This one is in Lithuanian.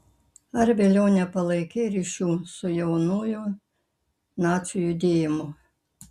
ar vėliau nepalaikei ryšių su jaunųjų nacių judėjimu